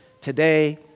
today